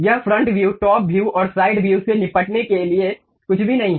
यह front view top view और side view से निपटने के लिए कुछ भी नहीं है